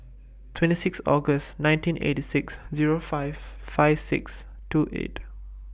twenty six August nineteen eighty six Zero five five six two eight